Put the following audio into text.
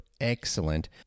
excellent